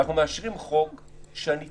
אנחנו מאשרים חוק שאני תקווה,